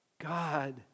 God